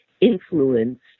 influenced